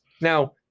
now